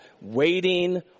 waiting